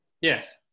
Yes